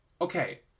Okay